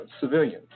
civilians